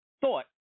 thought